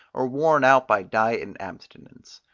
or worn out by diet and abstinence.